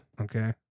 Okay